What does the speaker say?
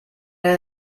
era